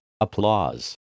applause